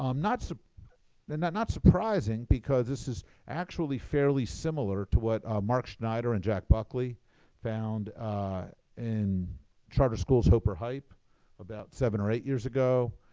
um not so and not surprising because this is actually fairly similar to what mark schneider and jack buckley found in charter schools hope or hype about seven or eight years ago,